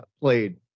played